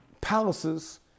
palaces